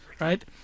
right